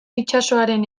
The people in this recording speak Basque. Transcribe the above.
itsasoaren